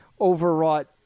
overwrought